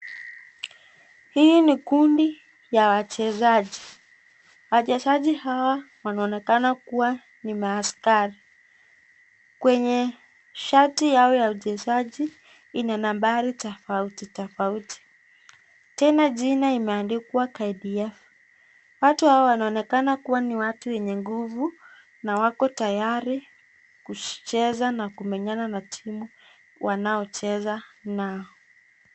Hii ni kundi ya wachezaji. Wachezaji hawa wanaonekana kuwa ni maaskari. Kwenye shati yao ya wachezaji ina nambari tofauti tofauti. Tena jina imeandikwa KDF . Watu hawa wanaonekana kuwa ni watu wenye nguvu na wako tayari kucheza na kumenyana na timu wanaocheza nao.